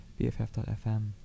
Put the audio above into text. bff.fm